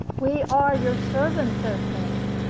we are your servants, o king.